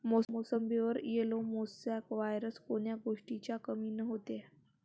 मोसंबीवर yellow mosaic virus कोन्या गोष्टीच्या कमीनं होते?